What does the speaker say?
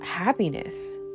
happiness